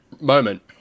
moment